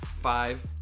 five